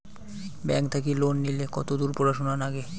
Bank থাকি loan নিলে কতদূর পড়াশুনা নাগে?